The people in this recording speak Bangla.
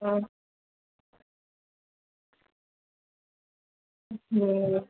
ও হুম